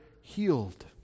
healed